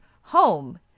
home